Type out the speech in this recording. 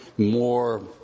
More